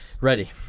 Ready